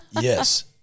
Yes